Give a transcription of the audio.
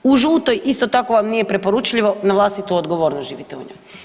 U žutoj isto tako vam nije preporučljivo, na vlastitu odgovornost živite u njoj.